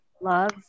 love